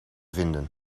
vinden